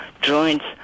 Joints